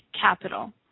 capital